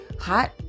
hot